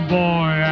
boy